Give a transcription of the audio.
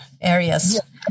areas